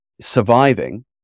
surviving